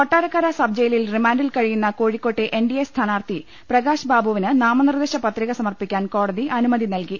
കൊട്ടാരക്കര സബ്ജയിലിൽ റിമാൻഡിൽ കഴിയുന്ന കോഴിക്കോട്ടെ എൻഡിഎ സ്ഥാനാർഥി പ്രകാശ് ബാബുവിന് നാമനിർദേശ പത്രിക സമർപ്പിക്കാൻ കോടതി അനുമതി നൽകി